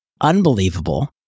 Unbelievable